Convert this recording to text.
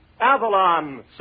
Avalon